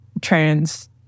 trans